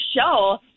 show